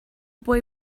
boy